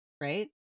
right